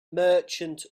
merchant